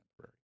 temporary